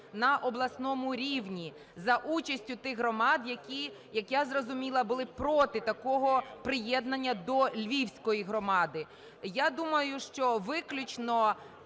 на обласному рівні за участю тих громад, які, як я зрозуміла, були проти такого приєднання до Львівської громади. Я думаю, що виключно